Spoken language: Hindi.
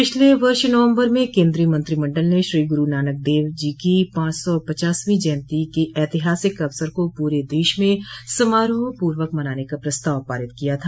पिछले वर्ष नवम्बर में केन्द्रीय मंत्रिमंडल ने श्रीगुरू नानक देव जी की पांच सौ पचासवीं जयन्ती के ऐतिहासिक अवसर को पूरे देश में समारोह पूर्वक मनाने का प्रस्ताव पारित किया था